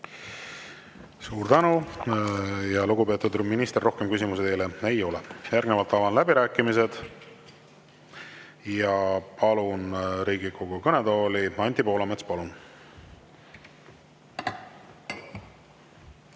Suur tänu, lugupeetud minister! Rohkem küsimusi teile ei ole. Järgnevalt avan läbirääkimised. Palun Riigikogu kõnetooli Anti Poolametsa. Palun!